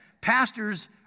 pastors